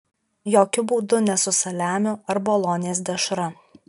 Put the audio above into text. jokiu būdu ne su saliamiu ar bolonės dešra